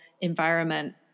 environment